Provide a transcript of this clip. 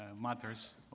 matters